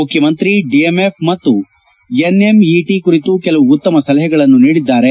ಮುಖ್ಯಮಂತ್ರಿ ಡಿಎಂಎಫ್ ಮತ್ತು ಎನ್ಎಂಇಟಿ ಕುರಿತು ಕೆಲವು ಉತ್ತಮ ಸಲಹೆಗಳನ್ನು ನೀಡಿದ್ದಾರೆ